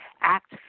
ACT